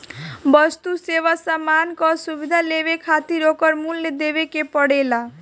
वस्तु, सेवा, सामान कअ सुविधा लेवे खातिर ओकर मूल्य देवे के पड़ेला